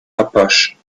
apache